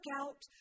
out